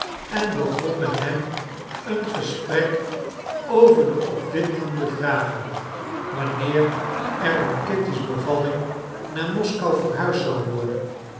en begon met hem een gesprek over de opwindende vragen wanneer er om kitty's bevalling naar moskou verhuisd zou worden